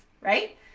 right